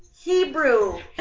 Hebrew